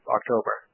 October